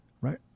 right